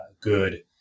good